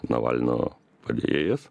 navalno padėjėjas